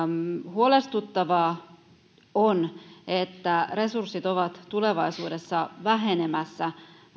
huolestuttavaa on että resurssit ovat tulevaisuudessa vähenemässä